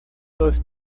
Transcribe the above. dos